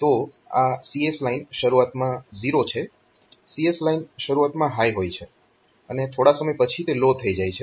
તો આ CS line શરૂઆતમાં 0 છે CS લાઇન શરૂઆતમાં હાય હોય છે અને થોડા સમય પછી તે લો થઈ જાય છે